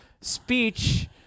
speech